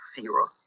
zero